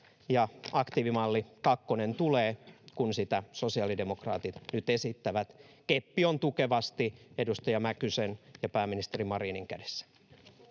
aktiivimalli kakkonen tulee, kun sitä sosiaalidemokraatit nyt esittävät. Keppi on tukevasti edustaja Mäkysen ja pääministeri Marinin kädessä.